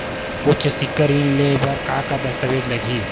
उच्च सिक्छा ऋण ले बर का का दस्तावेज लगही?